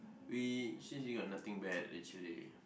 we since we got nothing bad actually